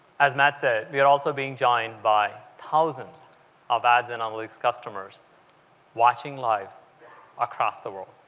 as matt said, we are also being joined by thousands of ads and analytics customers watching live across the world.